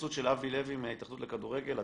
ההתייחסות של אבי לוי מההתאחדות לכדורגל.